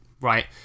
right